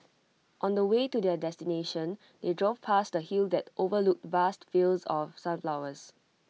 on the way to their destination they drove past A hill that overlooked vast fields of sunflowers